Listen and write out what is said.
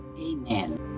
Amen